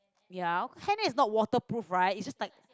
ya hair net is not waterproof right is just like